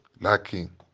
lacking